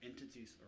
entities